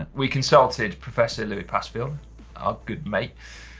ah we consulted professor louis passfield, our good mate,